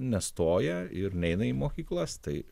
nestoja ir neina į mokyklas tai